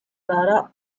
mörder